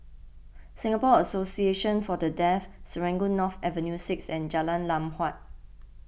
Singapore Association for the Deaf Serangoon North Avenue six and Jalan Lam Huat